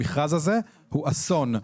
המכרז הזה הוא אסון.